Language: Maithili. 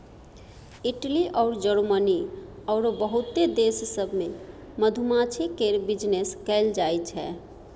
इटली अउर जरमनी आरो बहुते देश सब मे मधुमाछी केर बिजनेस कएल जाइ छै